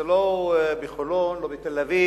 זה לא בחולון, לא בתל-אביב,